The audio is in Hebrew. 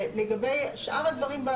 ולגבי שאר הדברים,